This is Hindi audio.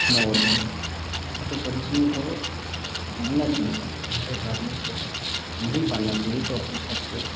मोर है तो पक्षियों को पालना चाहिए हर एक आदमी को नहीं पालना चाहिए तो अपनी छत पर